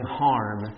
harm